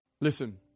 Listen